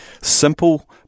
simple